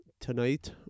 tonight